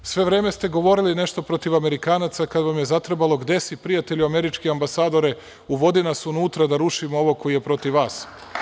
Sve vreme ste govorili nešto protiv Amerikanaca, kada vam je zatrebalo – gde si prijatelju, američki ambasadore, uvodi nas unutra da rušimo ovog koji je protiv vas.